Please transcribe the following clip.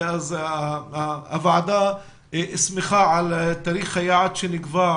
אז הוועדה שמחה על תאריך היעד שנקבע,